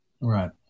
Right